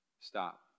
Stop